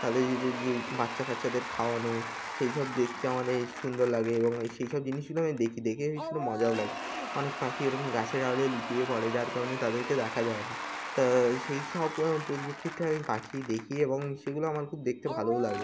তাদের যে যে বাচ্চা কাচ্চাদের খাওয়ানো সেই সব দেখতে আমার এই সুন্দর লাগে এবং এই সেই সব জিনিসগুলো আমি দেখি দেখে মজাও লাগে অনেক পাখি এরকম গাছের আড়ালে লুকিয়ে পড়ে যার কারণে তাদেরকে দেখা যায় না তা সেই সব পরিপ্রেক্ষিতে আমি পাখি দেখি এবং সেগুলো আমার খুব দেখতে ভালোও লাগে